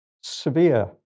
severe